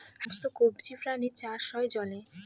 সমস্ত কবজি প্রাণীর চাষ হয় জলে